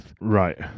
Right